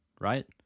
right